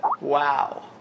Wow